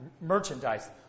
merchandise